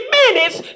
minutes